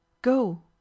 Go